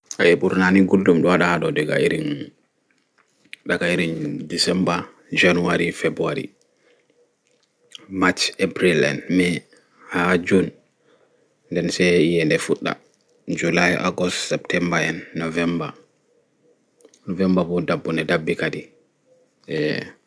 Eeh ɓura ni gulɗum ɗo waɗa haɗo ɗaga irin ɗecemɓer january feɓruaury march april en haa june nɗen nɗe se iyenɗe fuɗɗa july august septemɓer en novemɓer novemɓer ɓo ɗaɓɓu'nɗe ɗaɓɓi gaɗi